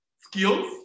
skills